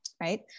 right